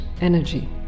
energy